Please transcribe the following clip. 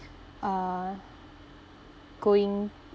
uh going